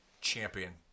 champion